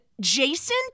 Jason